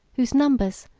whose numbers,